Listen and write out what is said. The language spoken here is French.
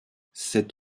cet